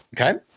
okay